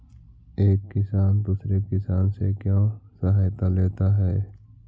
एक किसान दूसरे किसान से क्यों सहायता लेता है?